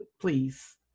please